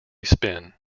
spin